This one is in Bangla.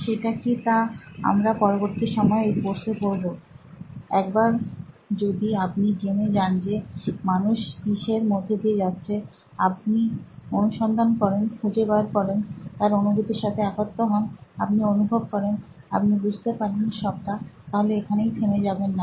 সেটা কি তা আমরা পরবর্তী সময় এই কোর্সে পড়বো একবার যদি আপনি জেনে যান যে মানুষ কিসের মধ্যে দিয়ে যাচ্ছে আপনি অনুসন্ধান করেনখুঁজে বের করতে পারেন তার অনুভূতির সাথে একাত্ম হন আপনি অনুভব করেন আপনি বুঝতে পারেন সবটা তাহলে এখানেই থেমে যাবেন না